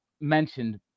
mentioned